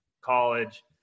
college